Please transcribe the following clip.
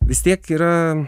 vis tiek yra